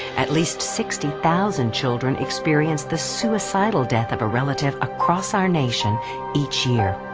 at least sixty thousand children experience the suicidal death of a relative across our nation each year.